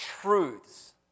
truths